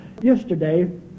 yesterday